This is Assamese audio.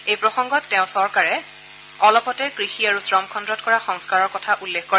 এই প্ৰসংগত তেওঁ চৰকাৰে অলপতে কৃষি আৰু শ্ৰম খণ্ডত কৰা সংস্কাৰৰ কথা উল্লেখ কৰে